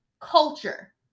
culture